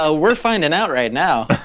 ah we're finding out right now.